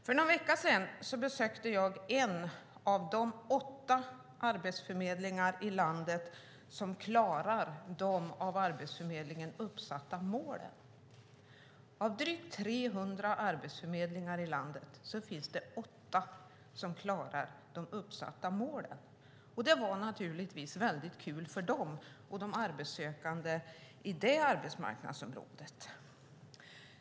För någon vecka sedan besökte jag en av de åtta arbetsförmedlingar i landet som klarar de av Arbetsförmedlingen uppsatta målen. Av drygt 300 arbetsförmedlingar i landet finns åtta som klarar de uppsatta målen. Det var naturligtvis kul för dem och de arbetssökande i det arbetsmarknadsområdet.